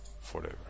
forever